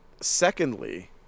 Secondly